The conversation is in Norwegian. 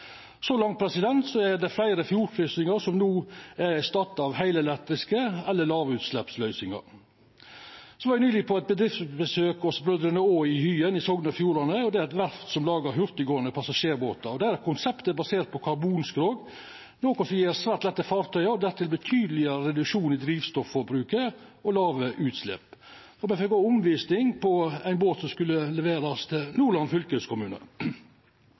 Så langt er fleire fjordkryssingar no erstatta av heilelektriske løysingar eller lågutsleppsløysingar. Eg var nyleg på bedriftsbesøk hos Brødrene Aa i Hyen i Sogn og Fjordane, eit verft som lagar hurtiggåande passasjerbåtar. Deira konsept er basert på karbonskrog, noko som gjev svært lette fartøy, og dertil betydeleg reduksjon i drivstofforbruket og låge utslepp. Me fekk omvising på ein båt som skulle leverast til Nordland fylkeskommune.